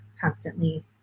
constantly